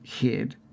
head